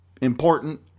important